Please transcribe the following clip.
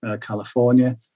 California